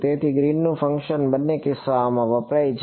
તેથી ગ્રીનનું ફંકશન બંને કિસ્સાઓમાં વપરાય છે